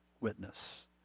witness